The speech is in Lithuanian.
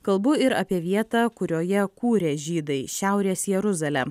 kalbu ir apie vietą kurioje kūrė žydai šiaurės jeruzalę